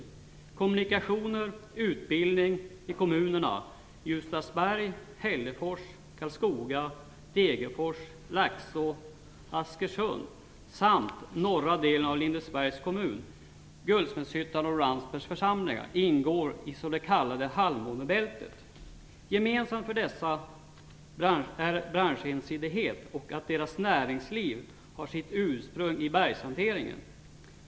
Det gäller kommunikationer och utbildning i kommunerna - Guldsmedshyttan och Ramsbergs församlingar. Alla dessa ingår i länets s.k. halvmånebälte. Gemensamt för dem är branschensidighet. Deras näringsliv har sitt ursprung i bergshanteringen.